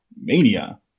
mania